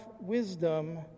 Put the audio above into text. wisdom